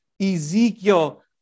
Ezekiel